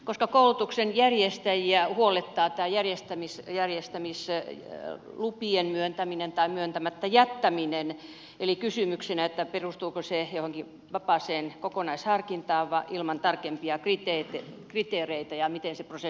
koska koulutuksen järjestäjiä huolettaa tämä järjestämislupien myöntäminen tai myöntämättä jättäminen voi kysyä perustuuko se johonkin vapaaseen kokonaisharkintaan ilman tarkempia kriteereitä ja miten se prosessi tapahtuu